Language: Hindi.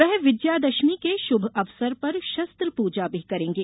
वह विजयादशमी के शुभ अवसर पर शस्त्र पूजा भी करेंगे